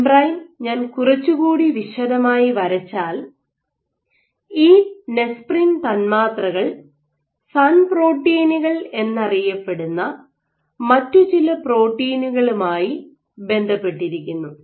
membrane ഞാൻ കുറച്ചുകൂടി വിശദമായി വരച്ചാൽ ഈ നെസ്പ്രിൻ തന്മാത്രകൾ സൺ പ്രോട്ടീനുകൾ എന്നറിയപ്പെടുന്ന മറ്റു ചില പ്രോട്ടീനുകളുമായി ബന്ധപ്പെട്ടിരിക്കുന്നു